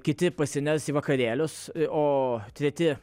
kiti pasiners į vakarėlius o treti